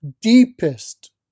deepest